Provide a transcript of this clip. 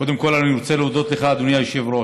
קודם כול אני רוצה להודות לך, אדוני היושב-ראש.